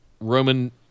Roman